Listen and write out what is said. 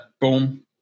boom